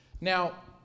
Now